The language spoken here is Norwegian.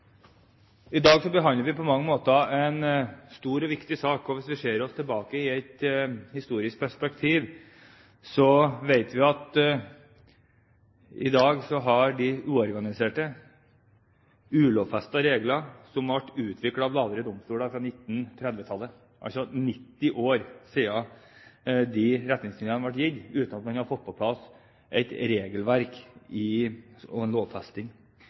I dag behandler vi på mange måter en stor og viktig sak. Hvis vi ser oss tilbake, og ser det i et historisk perspektiv, vet vi at permitteringer for uorganiserte baserer seg på ulovfestede regler som ble utviklet ved lavere domstoler fra 1930-tallet. Det er altså 90 år siden disse retningslinjene ble gitt uten at man har fått på plass et regelverk og en lovfesting.